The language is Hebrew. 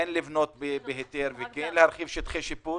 לבנות בהיתר וכן להרחיב שטחי שיפוט,